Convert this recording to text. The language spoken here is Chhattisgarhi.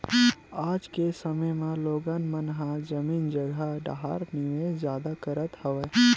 आज के समे म लोगन मन ह जमीन जघा डाहर निवेस जादा करत हवय